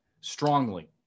strongly